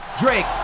Drake